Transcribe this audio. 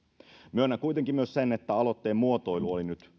myönnän kuitenkin myös sen että aloitteen muotoilu oli nyt